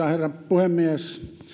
puhemies